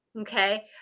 Okay